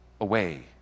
away